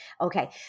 Okay